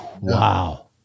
Wow